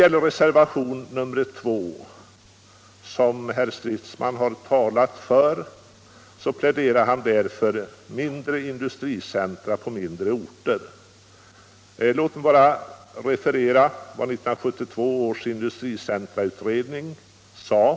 I reservationen 2, som herr Stridsman har talat för, pläderas för mindre industricentra på mindre orter. Låt mig bara referera vad industricentrautredningen sade.